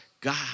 God